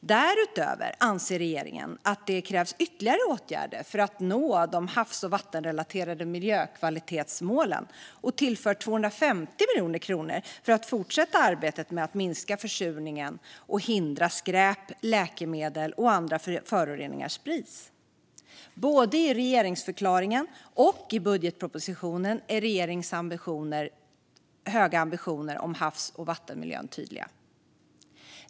Därutöver anser regeringen att det krävs ytterligare åtgärder för att nå de havs och vattenrelaterade miljökvalitetsmålen och tillför därför 250 miljoner kronor till fortsatt arbete med att minska försurningen och hindra att skräp, läkemedel och andra föroreningar sprids. Både i regeringsförklaringen och i budgetpropositionen är regeringens höga ambitioner för havs och vattenmiljön tydliga.